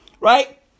right